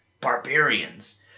barbarians